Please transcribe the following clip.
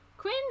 Quinn